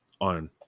on